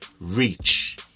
reach